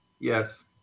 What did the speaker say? Yes